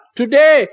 today